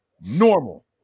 normal